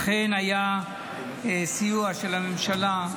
אכן היה סיוע של הממשלה,